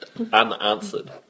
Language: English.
unanswered